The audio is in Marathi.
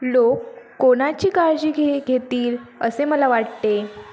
लोक कोणाची काळजी घे घेतील असे मला वाटते